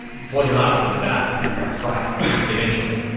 plug your laptop into that and you're going to fry it eventually.